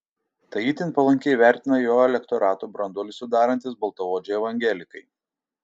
tai itin palankiai vertina jo elektorato branduolį sudarantys baltaodžiai evangelikai